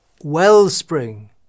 wellspring